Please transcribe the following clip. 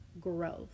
growth